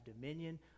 dominion